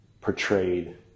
portrayed